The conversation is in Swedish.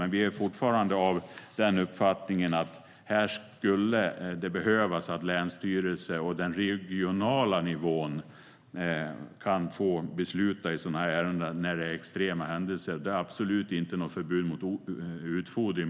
Men vi är fortfarande av uppfattningen att det skulle behövas att länsstyrelsen och den regionala nivån kan få besluta i sådana ärenden när det är extrema händelser. Det är absolut inte något förbud mot utfodring.